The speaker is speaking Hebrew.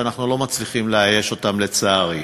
שאנחנו לא מצליחים לאייש, לצערי,